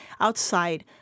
outside